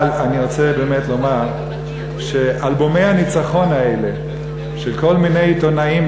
אבל אני רוצה באמת לומר שאלבומי הניצחון האלה של כל מיני עיתונאים,